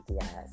Yes